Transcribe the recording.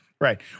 Right